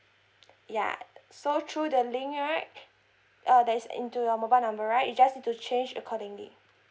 ya so through the link right uh that's into your mobile number right you just need to change accordingly